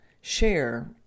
share